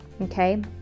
Okay